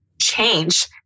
change